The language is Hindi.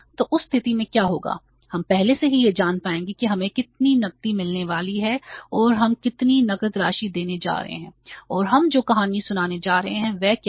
तो उस स्थिति में क्या होगा हम पहले से ही यह जान पाएंगे कि हमें कितनी नकदी मिलने वाली है और हम कितनी नकद राशि देने जा रहे हैं और हम जो कहानी सुनाने जा रहे हैं वह क्या है